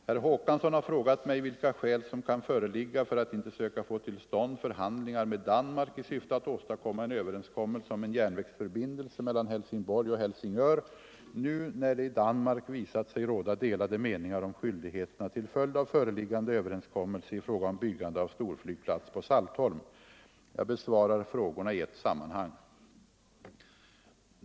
Herr Håkansson i Rönneberga har frågat mig vilka skäl som kan föreligga för att inte söka få till stånd förhandlingar med Danmark i syfte att åstadkomma en överenskommelse om en järnvägsförbindelse mellan Helsingborg och Helsingör, nu när det i Danmark visat sig råda delade meningar om skyldigheterna till följd av föreliggande överenskommelse i fråga om byggande av storflygplats på Saltholm. Jag besvarar frågorna i ett sammanhang.